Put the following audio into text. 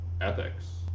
ethics